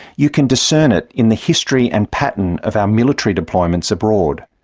you can discern it in the history and pattern of our military deployments abroad.